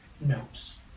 notes